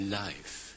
life